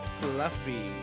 fluffy